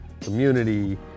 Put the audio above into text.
community